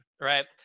right